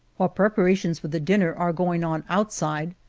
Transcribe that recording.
while preparations for the dinner are going on outside,